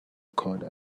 codec